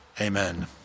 Amen